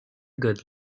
good